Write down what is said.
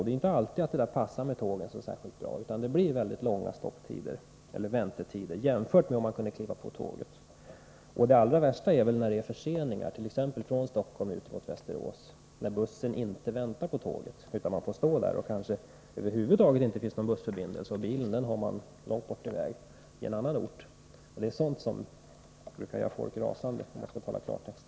Det är inte alltid som detta passar särskilt bra med tågen, utan det blir långa väntetider jämfört med om man direkt kunde stiga på tåget. Det allra värsta är väl när det blir tågförseningar, t.ex. från Stockholm mot Västerås, och bussen inte väntar på tåget. Då står man där — det finns kanske över huvud taget inte någon bussförbindelse. Bilen har man någon annanstans, långt borta på en annan ort. Det är sådant som brukar göra folk rasande, om man skall tala klartext.